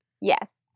Yes